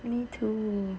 me too